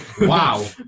Wow